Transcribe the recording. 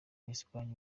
espagne